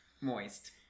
Moist